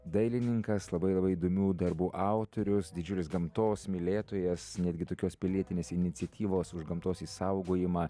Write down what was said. dailininkas labai labai įdomių darbų autorius didžiulis gamtos mylėtojas netgi tokios pilietinės iniciatyvos už gamtos išsaugojimą